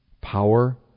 Power